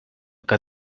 que